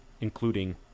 including